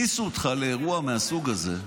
כשהכניסו אותך לאירוע מהסוג הזה,